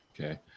Okay